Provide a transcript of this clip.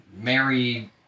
marry